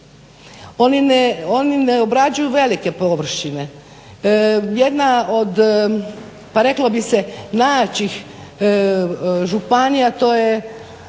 Oni ne obrađuju velike površine. Jedna od pa reklo bi se najjačih županija to je